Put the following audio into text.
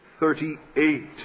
38